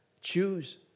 choose